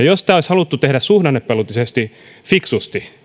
jos tämä olisi haluttu tehdä suhdannepoliittisesti fiksusti